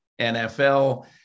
NFL